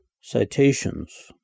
Citations